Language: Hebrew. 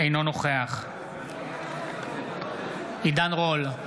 אינו נוכח עידן רול,